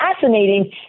fascinating